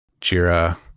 Jira